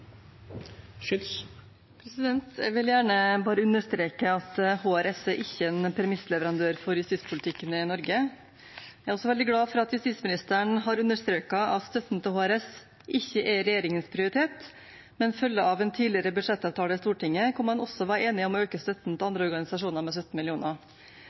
en premissleverandør for justispolitikken i Norge. Jeg er også veldig glad for at justisministeren har understreket at støtten til HRS ikke er regjeringens prioritet, men følger av en tidligere budsjettavtale i Stortinget hvor man også var enige om å øke støtten til andre organisasjoner med 17